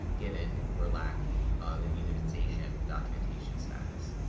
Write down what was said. given your lack of immunization documentation status.